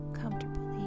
comfortably